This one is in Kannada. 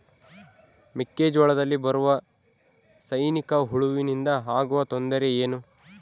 ಮೆಕ್ಕೆಜೋಳದಲ್ಲಿ ಬರುವ ಸೈನಿಕಹುಳುವಿನಿಂದ ಆಗುವ ತೊಂದರೆ ಏನು?